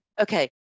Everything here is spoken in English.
Okay